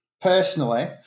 personally